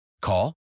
Call